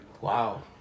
wow